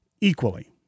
equally